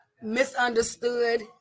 misunderstood